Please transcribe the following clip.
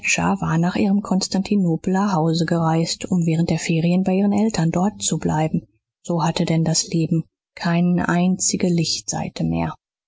war nach ihrem konstantinopeler hause gereist um während der ferien bei ihren eltern dort zu bleiben so hatte denn das leben keine einzige lichtseite mehr